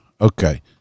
okay